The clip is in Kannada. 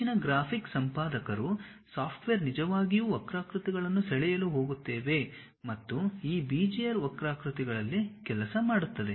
ಹೆಚ್ಚಿನ ಗ್ರಾಫಿಕ್ಸ್ ಸಂಪಾದಕರು ಸಾಫ್ಟ್ವೇರ್ ನಿಜವಾಗಿಯೂ ವಕ್ರಾಕೃತಿಗಳನ್ನು ಸೆಳೆಯಲು ಹೋಗುತ್ತೇವೆ ಮತ್ತು ಈ ಬೆಜಿಯರ್ ವಕ್ರಾಕೃತಿಗಳಲ್ಲಿ ಕೆಲಸ ಮಾಡುತ್ತದೆ